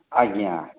ଆଜ୍ଞା